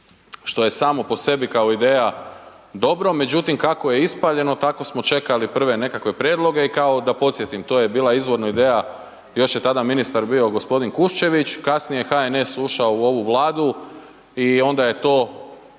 što je samo po sebi, kao ideja, dobro, međutim, kako je ispaljeno, tako smo čekali prve nekakve prijedloge i kao da podsjetim, to je bila izvorno ideja, još je tada ministar bio g. Kuščević, kasnije je HNS ušao u ovu vladu i onda je to